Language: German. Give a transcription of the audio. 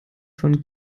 von